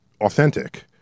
authentic